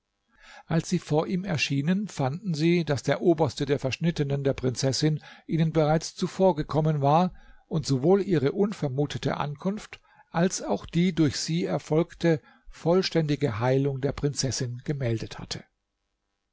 als sie vor ihm erschienen fanden sie daß der oberste der verschnittenen der prinzessin ihnen bereits zuvorgekommen war und sowohl ihre unvermutete ankunft als auch die durch sie erfolgte vollständige heilung der prinzessin gemeldet hatte